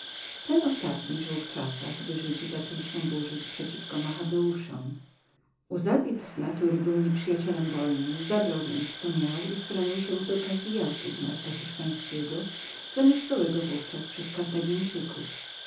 ten ostatni żył w czasach gdy żydzi zaczęli się burzyć przeciwko machabeuszom uzabit z natury był nieprzyjacielem wojny zabrał więc co miał i schronił się do kaziathu miasta hiszpańskiego zamieszkanego w ówczas przez kartagińczyków